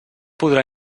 podrà